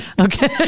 Okay